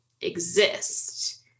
exist